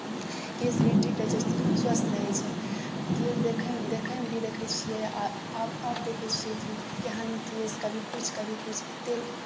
केश भी ठीक रहै छै स्वस्थ रहै छै केश देखयमे देखयमे भी देखै छियै आ आब आब आब देखै छियै कि केहन केश कभी किछु कभी किछु तेल